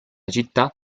città